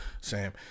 Sam